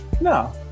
No